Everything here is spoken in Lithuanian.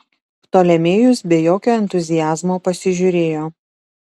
ptolemėjus be jokio entuziazmo pasižiūrėjo